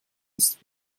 ist